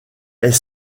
est